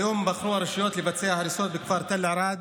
היום בחרו הרשויות לבצע הריסות בכפר תל ערד,